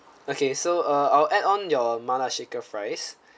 okay so uh I'll add on your mala shaker fries